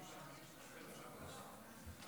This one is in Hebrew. בבקשה.